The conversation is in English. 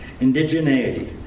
indigeneity